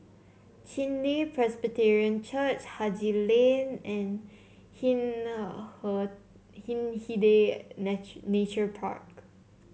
Chen Li Presbyterian Church Haji Lane and Hindhede Nature Park